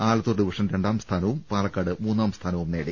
Alathur division രണ്ടാം സ്ഥാനവും പാലക്കാട് മൂന്നാം സ്ഥാനവും നേടി